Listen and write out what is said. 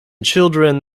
children